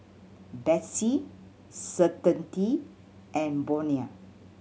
Betsy Certainty and Bonia